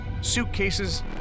suitcases